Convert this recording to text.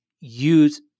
use